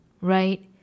right